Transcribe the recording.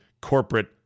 corporate